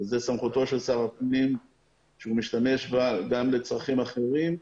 וזו סמכותו של שר הפנים שהוא משתמש בה גם לצרכים אחרים.